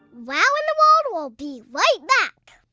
wow in the world will be right back.